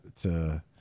to-